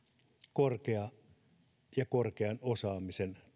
korkea ja korkean osaamisen